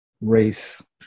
race